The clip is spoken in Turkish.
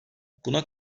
buna